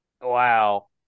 Wow